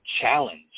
Challenge